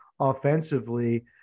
offensively